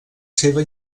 seva